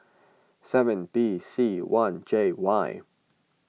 seven B C one J Y